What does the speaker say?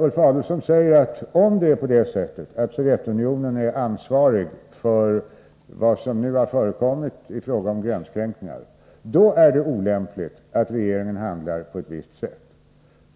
Ulf Adelsohn säger att om det är på det sättet att Sovjetunionen är ansvarig för vad som nu har förekommit i fråga om gränskränkningar, då är det olämpligt att regeringen handlar på ett visst sätt.